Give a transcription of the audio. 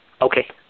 Okay